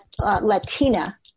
Latina